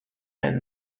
and